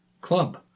club